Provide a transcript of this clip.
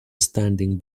standing